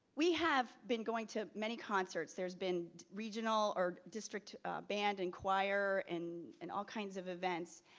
we have been going to many concerts, there's been regional or district band and choir and and all kinds of events.